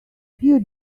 few